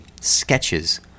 sketches